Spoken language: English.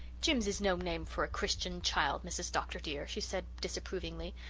jims is no name for a christian child, mrs. dr. dear, she said disapprovingly.